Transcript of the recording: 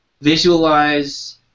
Visualize